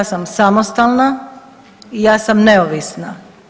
Ja sam samostalna i ja sam neovisna.